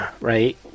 right